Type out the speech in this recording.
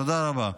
תודה רבה.